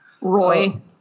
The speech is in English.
Roy